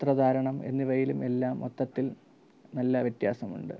വസ്ത്രധാരണം എന്നിവയിലും എല്ലാം മൊത്തത്തിൽ നല്ല വ്യത്യാസമുണ്ട്